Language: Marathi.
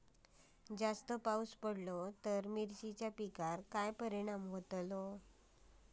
जास्त पाऊस पडलो तर मिरचीच्या पिकार काय परणाम जतालो?